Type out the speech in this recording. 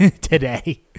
today